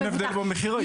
אבל אין הבדל במחיר היום.